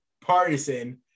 partisan